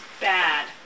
bad